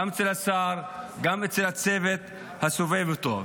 גם אצל השר וגם אצל הצוות הסובב אותו.